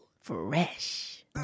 Fresh